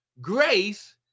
grace